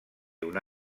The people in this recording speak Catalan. una